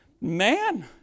Man